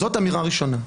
זאת אמירה ראשונה.